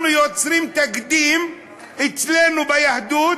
אנחנו יוצרים תקדים אצלנו ביהדות,